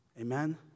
Amen